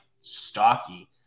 stocky